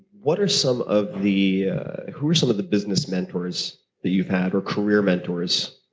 what are some of the who are some of the business mentors that you've had, or career mentors?